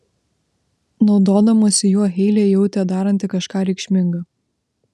naudodamasi juo heilė jautė daranti kažką reikšminga